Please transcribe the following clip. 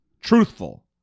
truthful